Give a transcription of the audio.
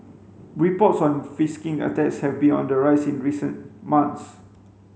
reports on attacks have been on the rise in recent months